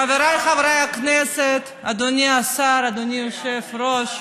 חבריי חברי הכנסת, אדוני השר, אדוני היושב-ראש,